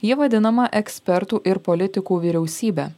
jie vadinama ekspertų ir politikų vyriausybe